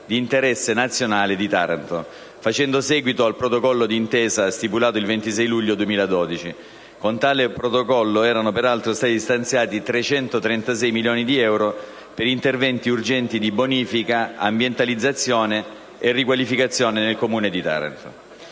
di interesse nazionale di Taranto, facendo seguito al protocollo d'intesa stipulato il 26 luglio 2012. Con tale protocollo erano, peraltro, stati stanziati 336 milioni di euro per interventi urgenti di bonifica, ambientalizzazione e riqualificazione nel Comune di Taranto.